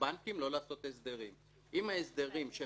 ועוד לא הגענו לסעיף הזה ברגע